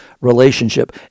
relationship